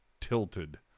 tilted